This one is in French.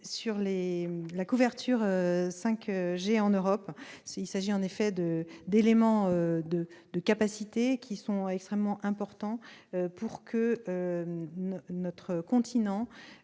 sur la couverture 5G en Europe. Il s'agit en effet d'éléments de capacité qui sont extrêmement importants pour que notre continent